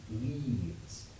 Leaves